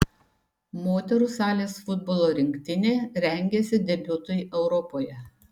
moterų salės futbolo rinktinė rengiasi debiutui europoje